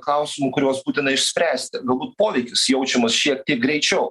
klausimų kuriuos būtina išspręsti galbūt poveikis jaučiamas šiek tiek greičiau